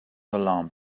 alarmed